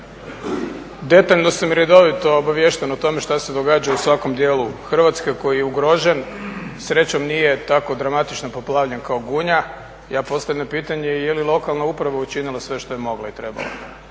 Detaljno sam i redovito obaviješten o tome šta se događa u svakom dijelu Hrvatske koji je ugrožen. Srećom nije tako dramatično poplavljen kao Gunja. Ja postavljam pitanje jeli lokalna uprava učinila sve što je mogla i trebala?